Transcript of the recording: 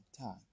time